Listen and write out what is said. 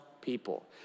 people